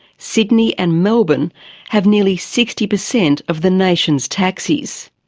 sydney and melbourne have nearly sixty percent of the nation's taxis,